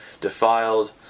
defiled